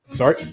Sorry